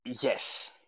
Yes